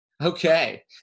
Okay